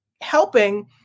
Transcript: helping